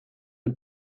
and